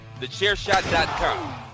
TheChairShot.com